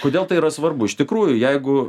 kodėl tai yra svarbu iš tikrųjų jeigu